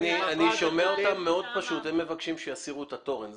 אני שומע אותם אומרים דבר פשוט מאוד: הם מבקשים שיסירו את התורן.